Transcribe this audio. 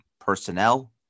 personnel